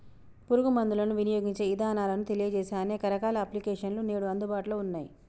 పురుగు మందులను వినియోగించే ఇదానాలను తెలియజేసే అనేక రకాల అప్లికేషన్స్ నేడు అందుబాటులో ఉన్నయ్యి